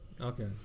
Okay